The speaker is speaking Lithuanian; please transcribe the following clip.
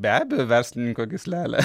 be abejo verslininko gyslelę